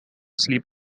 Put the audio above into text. sleep